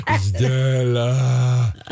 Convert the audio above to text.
Stella